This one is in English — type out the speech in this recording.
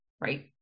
right